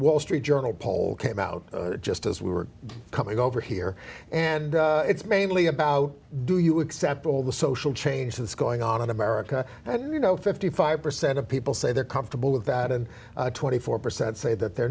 wall street journal poll came out just as we were coming over here and it's mainly about do you accept all the social change that's going on in america and you know fifty five percent of people say they're comfortable with that and twenty four percent say that they're